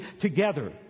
together